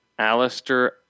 Alistair